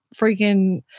freaking